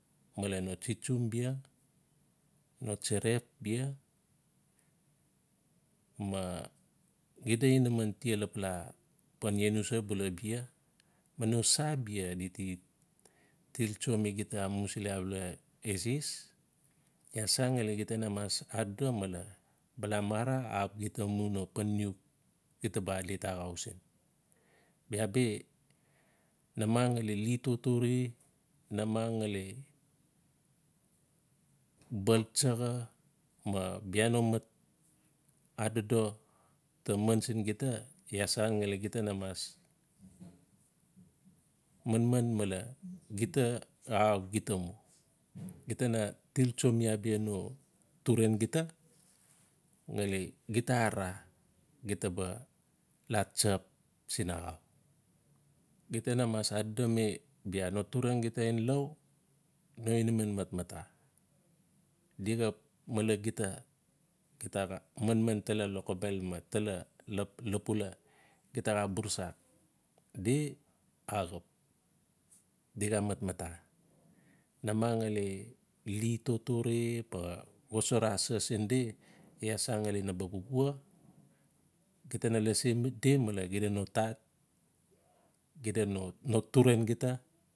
Male no tsitsum bia, no tsarepbia, ma xida inaman tia lapala pan lenusa ma no se bia di ti tilsa mi gita amusili abala eses iaa san ngali na mas adodo male bala mara axap xida mu no pananiu gita ba det axau sin. Bia bi namang ngali li totore, namang ngali bal tsaxa, ma bia no mat adodo ta man siin gita. ia san ngali gita na mas manman male gita axap gita mu. gita na till tsomi abia no turan gita ngali gita arara gita ba la tsap siin axau. Gita na mas adodomi no turan gita ngen lau, no inaman matmata. Di xap malen gita-gita xaa manman tala lokobel, tala lapula, di ta xaa burusak di axap, di xaa matmata. Namang ngali li totore ma xosara sa sin di, iaa san ngali naba pupua. Gita na lasi di male xida no tat, xida no turan gita.